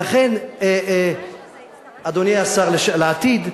ולכן, אדוני השר לעתיד,